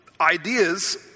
ideas